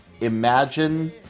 imagine